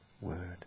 word